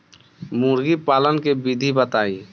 मुर्गीपालन के विधी बताई?